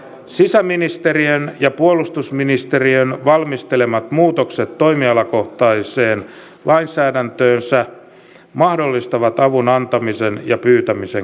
sisäministeriön ja puolustusministeriön valmistelemat muutokset toimialakohtaiseen lainsäädäntöönsä mahdollistavat avun antamisen ja pyytämisen käytännössä